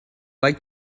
like